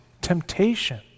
temptation